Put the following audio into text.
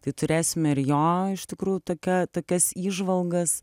tai turėsime ir jo iš tikrųjų tokią tokias įžvalgas